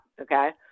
Okay